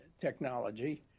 technology